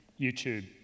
YouTube